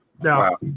No